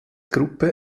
gruppe